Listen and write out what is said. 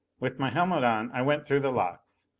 with my helmet on, i went through the locks.